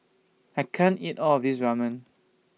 I can't eat All of This Ramen